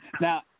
Now